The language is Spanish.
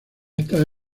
estas